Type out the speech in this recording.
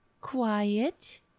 quiet